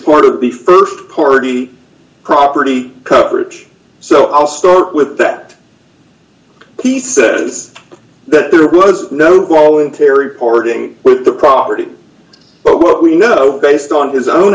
part of the st party property coverage so i'll start with that he says that there was no goal in terry parting with the property but what we know based on his own